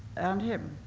and him.